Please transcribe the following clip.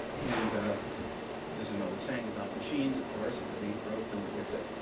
and there's an old saying about machines, of course, if it ain't broke, don't fix it.